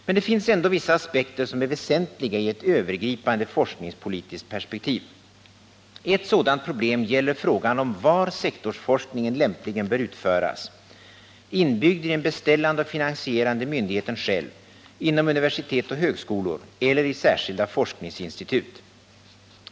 Men det finns ändock vissa aspekter som är väsentliga i ett övergripande forskningspolitiskt perspektiv. Ett sådant problem gäller frågan om var sektorsforskningen lämpligen bör utföras — inbyggd i den beställande och finansierande myndigheten själv, inom universitet och högskolor eller i särskilda forskningsinstitut.